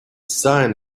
sign